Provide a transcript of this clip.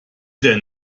denn